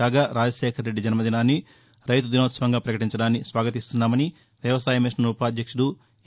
కాగా రాజశేఖర్రెడ్డి జన్మదినాన్ని రైతు దినోత్సవంగా ప్రకటించడాన్ని స్వాగతిస్తున్నామని వ్యవసాయ మిషన్ ఉపాధ్యక్షుడు ఎం